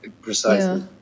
precisely